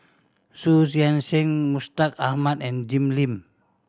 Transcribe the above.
Xu Yuan Mustaq Ahmad and Jim Lim